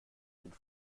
sind